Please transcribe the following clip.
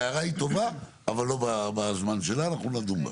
ההערה היא טובה, אבל לא בזמן שלה, אנחנו נדון בה.